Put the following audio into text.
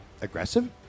Aggressive